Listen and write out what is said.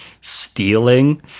stealing